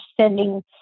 sending